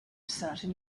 certain